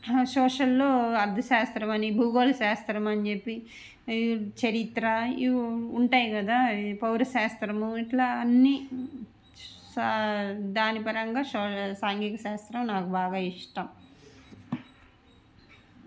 సోషల్లో అర్థశాస్త్రం అని భూగోళ శాస్త్రం అని చెప్పి చరిత్ర ఇవి ఉంటాయి కదా పౌరశాస్త్రము ఇట్లా అన్ని సా దాని పరంగా షో సాంఘీక శాస్త్రము నాకు బాగా ఇష్టం